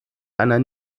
einer